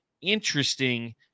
interesting